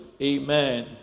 Amen